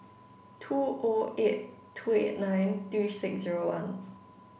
two O eight two eight nine three six zero one